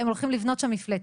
הם הולכים לבנות שם מפלצת.